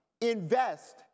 invest